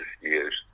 years